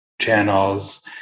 channels